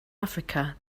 africa